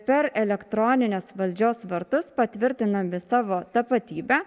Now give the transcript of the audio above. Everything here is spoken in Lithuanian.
per elektroninius valdžios vartus patvirtindami savo tapatybę